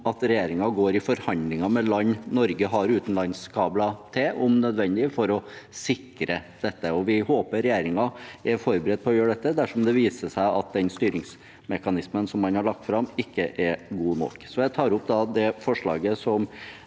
at regjeringen går «i forhandlinger med land Norge har utenlandskabler til, om nødvendig», for å sikre dette. Vi håper regjeringen er forberedt på å gjøre dette dersom det viser seg at den styringsmekanismen som man har lagt fram, ikke er god nok. Jeg tar opp det forslaget som